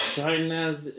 China's